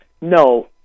No